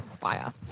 fire